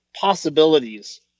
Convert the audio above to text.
possibilities